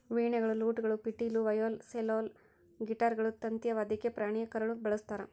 ವೀಣೆಗಳು ಲೂಟ್ಗಳು ಪಿಟೀಲು ವಯೋಲಾ ಸೆಲ್ಲೋಲ್ ಗಿಟಾರ್ಗಳು ತಂತಿಯ ವಾದ್ಯಕ್ಕೆ ಪ್ರಾಣಿಯ ಕರಳು ಬಳಸ್ತಾರ